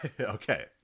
Okay